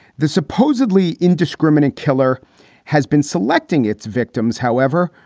the supposedly indiscriminate killer has been selecting its victims, however,